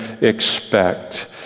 expect